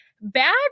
Bad